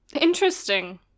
Interesting